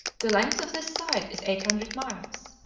the length of this side is eight hundred miles.